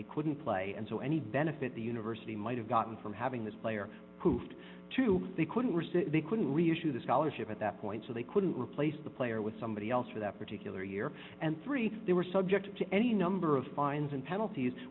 they couldn't play and so any benefit the university might have gotten from having this player hoofed to they couldn't risk they couldn't we issued a scholarship at that point so they couldn't replace the player with somebody else for that particular year and three they were subject to any number of fines and penalties